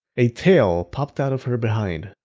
a tail popped out of her behind.